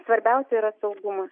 svarbiausia yra saugumas